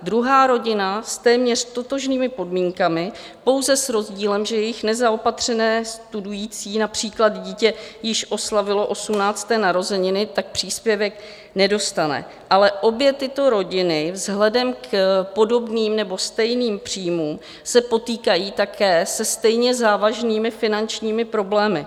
Druhá rodina s téměř totožnými podmínkami, pouze s rozdílem, že jejich nezaopatřené studující dítě již oslavilo 18. narozeniny, tak příspěvek nedostane, ale obě tyto rodiny vzhledem k podobným nebo stejným příjmům se potýkají také se stejně závažnými finančními problémy.